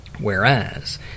Whereas